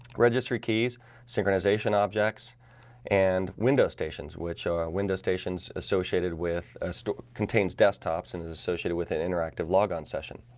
registry keys synchronization objects and window stations which window stations associated with ah so contains desktops and is associated with an interactive logon session